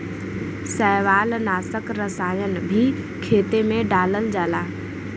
शैवालनाशक रसायन भी खेते में डालल जाला